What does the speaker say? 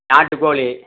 நாட்டுக்கோழி